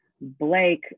Blake